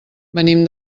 venim